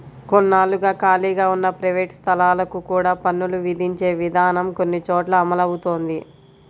కొన్నాళ్లుగా ఖాళీగా ఉన్న ప్రైవేట్ స్థలాలకు కూడా పన్నులు విధించే విధానం కొన్ని చోట్ల అమలవుతోంది